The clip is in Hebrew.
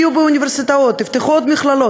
כי כאשר בן-אדם הוא בור ועם הארץ אפשר לנהל אותו,